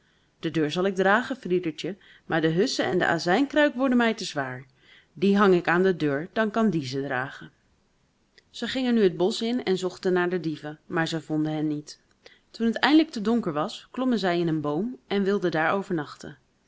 de deur zal ik dragen friedertje maar de hussen en de azijnkruik worden mij te zwaar die hang ik aan de deur dan kan die ze dragen ze gingen nu het bosch in en zochten naar de dieven maar zij vonden hen niet toen het eindelijk te donker was klommen zij in een boom en wilden daar overnachten